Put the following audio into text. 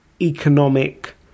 economic